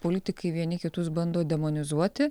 politikai vieni kitus bando demonizuoti